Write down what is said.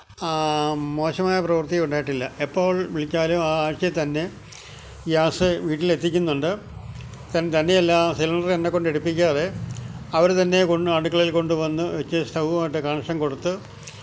മോശമായ പ്രവര്ത്തിയും ഉണ്ടായിട്ടില്ല എപ്പോള് വിളിച്ചാലും ആ ആഴ്ച്ചേത്തന്നെ ഗ്യാസ് വീട്ടിലെത്തിക്കുന്നുണ്ട് തന് തന്നെയല്ല സിലണ്ടറെന്നേക്കൊണ്ടെടുപ്പിക്കാതെ അവര് തന്നെ കൊണ് അടുക്കളയില് കൊണ്ടുവന്ന് വച്ച് സ്റ്റൗവായിട്ട് കണക്ഷന് കൊടുത്ത്